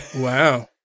Wow